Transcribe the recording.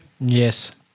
Yes